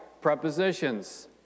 Prepositions